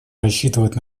рассчитывать